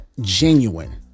genuine